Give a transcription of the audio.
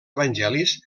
evangelis